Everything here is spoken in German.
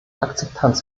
akzeptanz